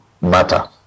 matter